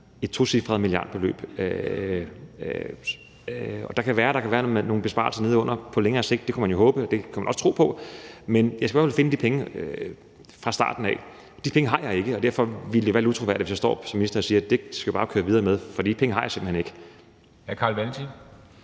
et tocifret milliardbeløb. Det kan være, at der kan være nogle besparelser nedenunder på længere sigt. Det kan man jo håbe, og det kan man også tro på, men jeg skal i hvert fald finde de penge fra starten af. De penge har jeg ikke. Derfor ville det være lidt utroværdigt, hvis jeg som minister stod og sagde, at det skulle vi bare køre videre med. For de penge har jeg simpelt hen ikke.